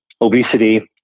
obesity